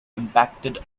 impacted